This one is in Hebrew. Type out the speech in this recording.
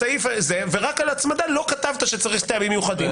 ורק על הצמדה לא כתבת שצריך טעמים מיוחדים.